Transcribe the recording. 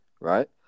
right